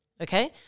okay